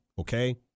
Okay